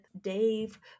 Dave